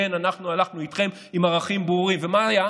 כן, אנחנו הלכנו איתכם עם ערכים ברורים, ומה היה?